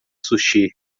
sushi